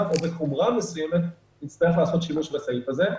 או מחומרה מסוימת נצטרך לעשות שימוש בסעיף הזה.